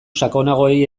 sakonagoei